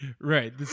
right